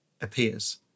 appears